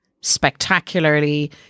Spectacularly